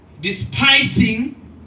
despising